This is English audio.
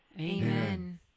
Amen